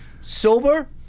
sober